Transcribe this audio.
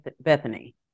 Bethany